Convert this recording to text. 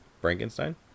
Frankenstein